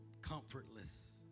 comfortless